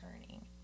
turning